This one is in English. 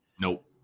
Nope